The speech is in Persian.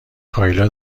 کایلا